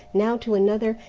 now to another,